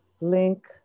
link